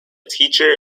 teacher